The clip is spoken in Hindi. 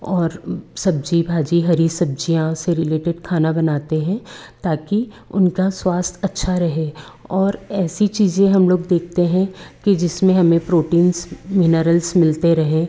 और सब्जी भाजी हरी सब्जियाँ से रिलेटेड खाना बनाते हैं ताकि उनका स्वास्थ्य अच्छा रहे और ऐसी चीज़ें हम लोग देखते हैं कि जिसमें हमें प्रोटीन्स मिनरल्स मिलते रहे